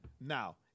Now